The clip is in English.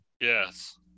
Yes